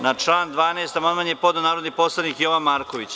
Na član 12. amandman je podneo narodni poslanik Jovan Marković.